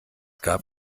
gab